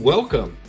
Welcome